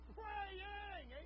praying